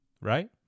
right